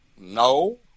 No